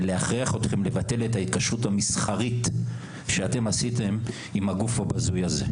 ולהכריח אתכם לבטל את ההתקשרות המסחרית שאתם עשיתם עם הגוף הבזוי הזה,